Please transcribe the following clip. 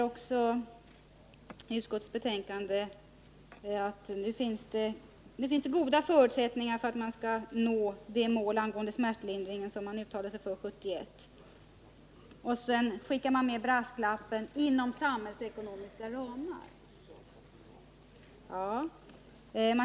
I betänkandet anförs också att det nu finns goda förutsättningar för att man skall kunna nå det mål för smärtlindring som man uttalade sig för 1971. Sedan skickar man med en brasklapp: ”inom samhällsekonomiska ramar”.